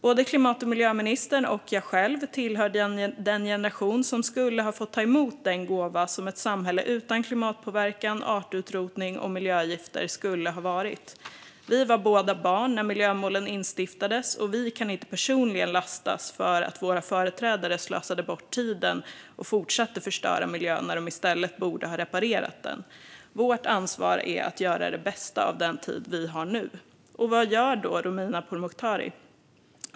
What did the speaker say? Både klimat och miljöministern och jag själv tillhör den generation som skulle ha fått ta emot den gåva som ett samhälle utan klimatpåverkan, artutrotning och miljögifter skulle ha varit. Vi var båda barn när miljömålen instiftades, och vi kan inte personligen lastas för att våra företrädare slösade bort tiden och fortsatte att förstöra miljön när de i stället borde ha reparerat den. Vårt ansvar är att göra det bästa av den tid vi har nu. Vad gör då Romina Pourmokhtari?